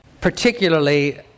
particularly